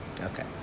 Okay